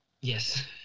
Yes